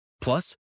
Plus